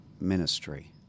ministry